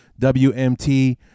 WMT